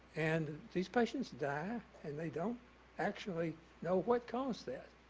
and these patients die, and they don't actually know what caused that.